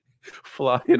flying